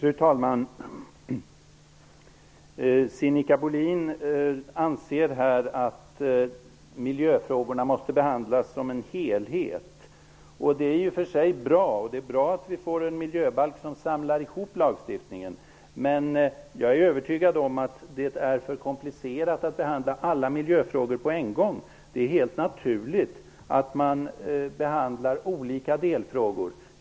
Fru talman! Sinikka Bohlin anser att miljöfrågorna måste behandlas som en helhet. Det är i och för sig bra, och det är också bra att vi får en miljöbalk där lagstiftningen samlas ihop, men jag är övertygad om att det är för komplicerat att behandla alla miljöfrågor på en gång. Det är helt naturligt att behandla olika delfrågor separat.